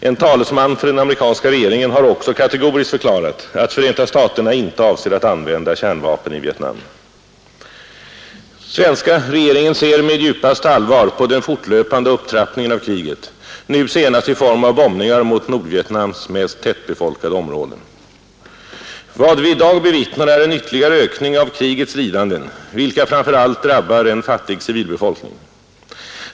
En talesman för den amerikanska regeringen har också kategoriskt förklarat att Förenta staterna inte avser att använda kärnvapen i Vietnam. Svenska regeringen ser med djupaste allvar på den fortlöpande upptrappningen av kriget, nu senast i form av bombningar mot Nordvietnams mest tätbefolkade områden. Vad vi i dag bevittnar är en ytterligare ökning av krigets lidanden vilka framför allt drabbar en fattig civilbefolkning.